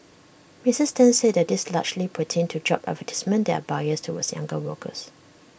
misses ten said that these largely pertained to job advertisements that are biased towards younger workers